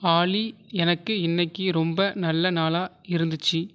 ஆலி எனக்கு இன்றைக்கி ரொம்ப நல்ல நாளாக இருந்துச்சு